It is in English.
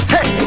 Hey